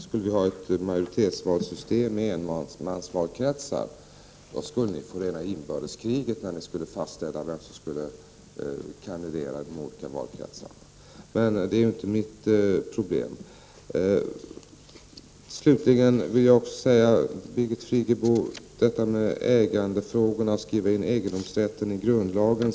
Skulle vi ha ett majoritetsvalssystem med enmansvalkretsar, skulle ni få rena inbördeskriget vid fastställandet av vem som skulle kandidera i de olika valkretsarna. Men det där är inte mitt problem. Slutligen vill jag säga något till Birgit Friggebo beträffande detta att skriva in egendomsrätten i grundlagen.